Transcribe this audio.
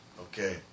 Okay